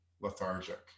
lethargic